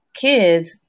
kids